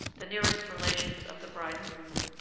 the nearest relations of the bride and groom,